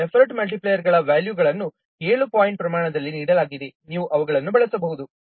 ಹೌದು ಎಫರ್ಟ್ ಮಲ್ಟಿಪ್ಲೈಯರ್ಗಳ ವ್ಯಾಲ್ಯೂಗಳನ್ನು 7 ಪಾಯಿಂಟ್ ಪ್ರಮಾಣದಲ್ಲಿ ನೀಡಲಾಗಿದೆ ನೀವು ಅವುಗಳನ್ನು ಬಳಸಬಹುದು